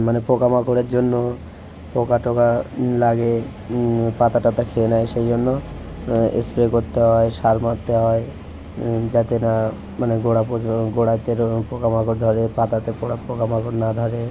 মানে পোকা মাকড়ের জন্য পোকা টোকা লাগে পাতা টাতা খেয়ে নেয় সেই জন্য স্প্রে করতে হয় সার মারতে হয় যাতে না মানে গোড়া পচে গোড়াতে রো পোকা মাকড় ধরে পাতাতে পোড়া পোকা মাকড় না ধরে